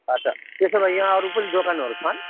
अच्छा त्यसो भए यहाँ अरू पनि दोकानहरू छन्